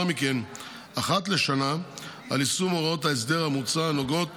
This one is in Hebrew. מכן אחת לשנה על יישום הוראות ההסדר המוצע הנוגעות